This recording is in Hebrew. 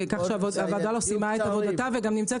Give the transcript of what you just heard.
כך שהוועדה לא סיימה את עבודתה וגם נמצאת